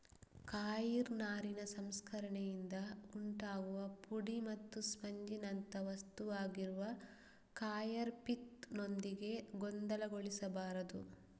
coir ನಾರಿನ ಸಂಸ್ಕರಣೆಯಿಂದ ಉಂಟಾಗುವ ಪುಡಿ ಮತ್ತು ಸ್ಪಂಜಿನಂಥ ವಸ್ತುವಾಗಿರುವ ಕಾಯರ್ ಪಿತ್ ನೊಂದಿಗೆ ಗೊಂದಲಗೊಳಿಸಬಾರದು